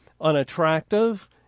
unattractive